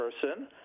person